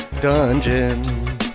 dungeon